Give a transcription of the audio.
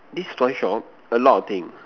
this toy shop a lot of thing